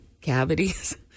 cavities